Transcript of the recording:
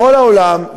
בכל העולם,